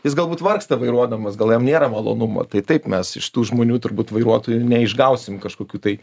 jis galbūt vargsta vairuodamas gal jam nėra malonumo tai taip mes iš tų žmonių turbūt vairuotojų neišgausim kažkokių tai